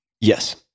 Yes